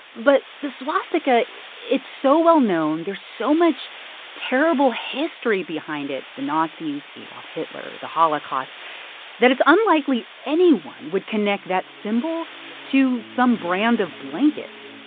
but the swastika it's so well-known. there's so much terrible history behind it the nazis, adolf hitler, the holocaust that it's unlikely anyone would connect that symbol to some brand of blankets.